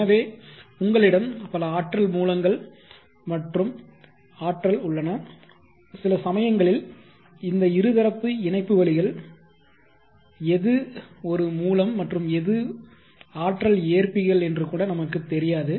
எனவே உங்களிடம் பல ஆற்றல் மூலங்கள் மற்றும் ஆற்றல் உள்ளன சில சமயங்களில் இந்த இருதரப்பு இணைப்பு வழிகள் எது ஒரு மூலம் மற்றும் எது ஆற்றல் ஏற்பிகள் என்று கூட நமக்கு தெரியாது